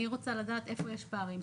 אני רוצה לדעת איפה יש פערים.